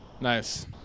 nice